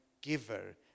giver